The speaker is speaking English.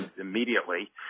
immediately